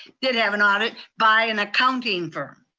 did have an audit by an accounting firm.